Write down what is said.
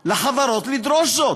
לחברות לדרוש זאת.